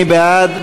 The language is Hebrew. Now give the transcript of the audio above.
מי בעד?